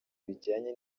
bijyanye